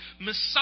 Messiah